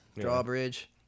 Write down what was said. drawbridge